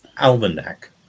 Almanac